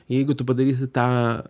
jeigu tu padarysi tą